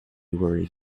worried